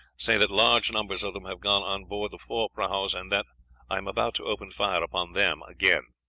say that large numbers of them have gone on board the four prahus, and that i am about to open fire upon them again.